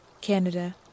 Canada